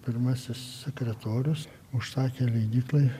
pirmasis sekretorius užsakė leidyklai